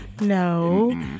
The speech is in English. No